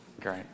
Great